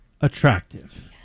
attractive